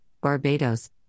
Barbados